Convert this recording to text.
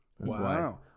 Wow